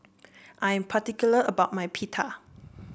I am particular about my Pita